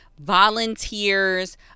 volunteers